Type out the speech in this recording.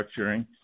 structuring